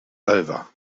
over